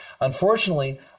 Unfortunately